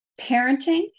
parenting